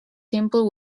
simple